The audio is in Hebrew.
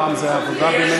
פעם זה היה העבודה באמת,